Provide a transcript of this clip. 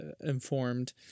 informed